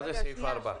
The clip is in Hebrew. מה זה סעיף 4?